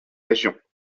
régions